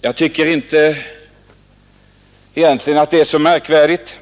Jag tycker egentligen inte att det är så märkvärdigt.